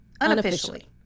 unofficially